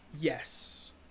Yes